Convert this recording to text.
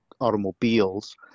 automobiles